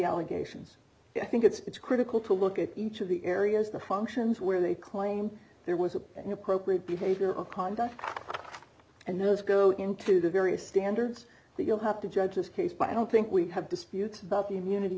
allegations and i think it's critical to look at each of the areas the functions where they claim there was a an appropriate behavior of conduct and those go into the various standards that you'll have to judge this case but i don't think we have disputes about the immunity